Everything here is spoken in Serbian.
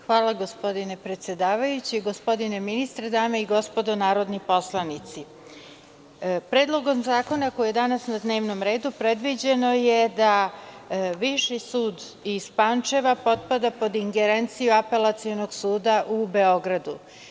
Hvala gospodine predsedavajući, gospodine ministre, dame i gospodo narodni poslanici, predlogom zakona koji je danas na dnevnom redu predviđeno je da Viši sud iz Pančeva potpada pod ingerenciju Apelacionog suda u Beogradu.